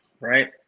right